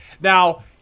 Now